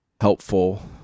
helpful